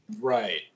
Right